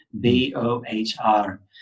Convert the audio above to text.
B-O-H-R